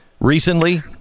Recently